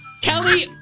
Kelly